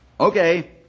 Okay